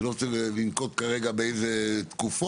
אני לא רוצה לנקוט כרגע באיזה תקופות,